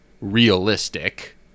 realistic